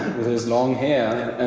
with his long hair,